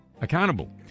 accountable